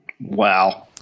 Wow